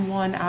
one